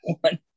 one